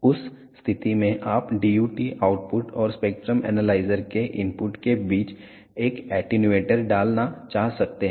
उस स्थिति में आप DUT आउटपुट और स्पेक्ट्रम एनालाइजर के इनपुट के बीच एक एटेन्यूएटर डालना चाह सकते हैं